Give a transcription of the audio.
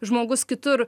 žmogus kitur